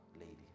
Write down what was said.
lady